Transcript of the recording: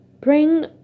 bring